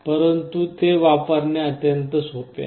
परंतु ते वापरणे अत्यंत सोपे आहे